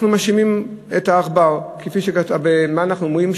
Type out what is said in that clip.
אנחנו מאשימים את העכבר, ומה אנחנו אומרים?